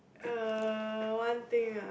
uh one thing ah